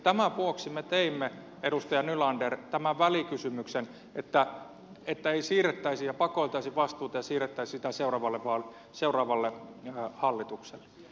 tämän vuoksi me teimme edustaja nylander tämän välikysymyksen että ei siirrettäisi ja pakoiltaisi vastuuta ja siirrettäisi sitä seuraavalle hallitukselle